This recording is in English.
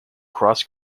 cross